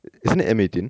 isn't it M eighteen